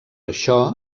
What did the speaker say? això